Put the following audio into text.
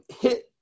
hit